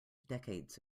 decades